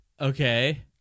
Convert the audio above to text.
Okay